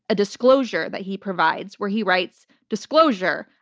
a disclosure that he provides, where he writes, disclosure.